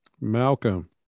Malcolm